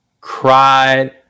Cried